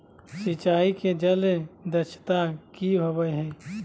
सिंचाई के जल दक्षता कि होवय हैय?